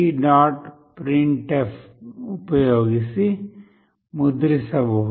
printf ಉಪಯೋಗಿಸಿ ಮುದ್ರಿಸಬಹುದು